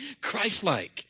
Christ-like